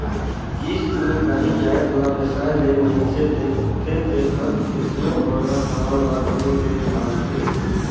किस्त में कांही जाएत ला बेसाए ले मइनसे देखथे देखत केतनों बगरा समान ल घलो ले धारथे